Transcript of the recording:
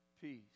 peace